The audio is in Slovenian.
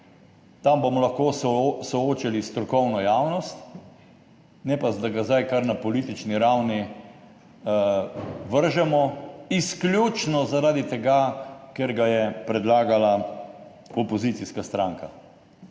tam bomo lahko soočili strokovno javnost, ne pa da ga zdaj kar na politični ravni vržemo izključno zaradi tega, ker ga je predlagala opozicijska stranka.